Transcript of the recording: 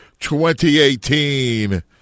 2018